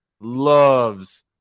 loves